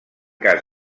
cas